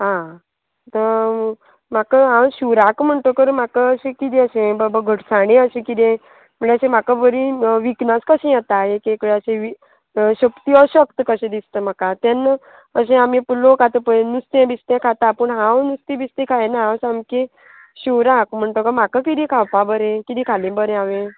आ म्हाका हांव शिवराक म्हणटकच म्हाका अशें किदें अशें बाबा घटसाणें अशें किदें म्हणल्यार अशें म्हाका बरी विकनस कशें येता एक एक वेळ अशें शक्ती अशक्त कशें दिसता म्हाका तेन्ना अशें आमी पूण लोक आतां पय नुस्तें बिस्तें खाता पूण हांव नुस्तें बिस्ती खायना हांव सामकें शिवराक म्हणटकच म्हाका किदें खावपा बरें किदें खालें बरें हांवें